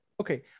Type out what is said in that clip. okay